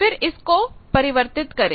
फिर इसको परिवर्तित करें